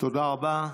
תודה רבה.